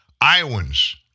Iowans